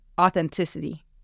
authenticity